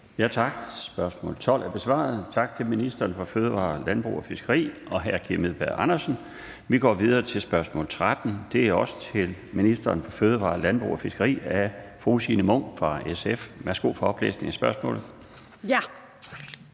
Tak. Spørgsmålet 12 er besvaret. Tak til ministeren for fødevarer, landbrug og fiskeri og hr. Kim Edberg Andersen. Vi går videre til spørgsmål 13. Det er også til ministeren for fødevarer, landbrug og fiskeri, og det er af fru Signe Munk fra SF. Kl. 14:22 Spm. nr.